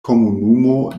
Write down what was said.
komunumo